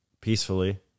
peacefully